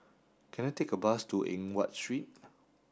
can I take a bus to Eng Watt Street